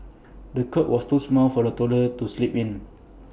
the cot was too small for the toddler to sleep in